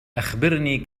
أخبرني